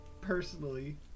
Personally